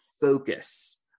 focus